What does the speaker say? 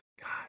God